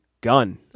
gun